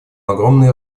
огромные